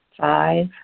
Five